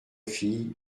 fille